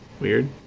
weird